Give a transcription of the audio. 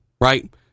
right